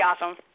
awesome